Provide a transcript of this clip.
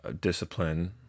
discipline